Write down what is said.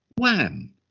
Wham